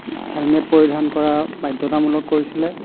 helmet পৰিধান কৰা বাধ্যতামূলক কৰিছিলে